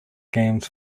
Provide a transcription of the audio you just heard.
games